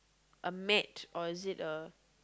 a mat or is it a